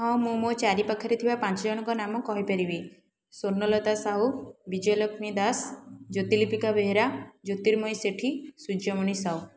ହଁ ମୁଁ ମୋ ଚାରି ପାଖରେ ଥିବା ପାଞ୍ଚ ଜଣଙ୍କ ନାମ କହିପାରିବି ସ୍ଵର୍ଣ୍ଣଲତା ସାହୁ ବିଜୟଲକ୍ଷ୍ମୀ ଦାସ ଜ୍ୟୋତିଲିପିକା ବେହେରା ଜ୍ୟୋତିର୍ମୟୀ ସେଠି ସୂର୍ଯ୍ୟମଣି ସାହୁ